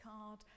card